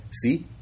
see